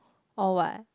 or what